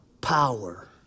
power